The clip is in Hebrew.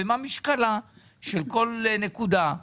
ומה משקלה של כל נקודה,